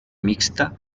mixta